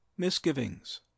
Misgivings